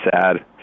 sad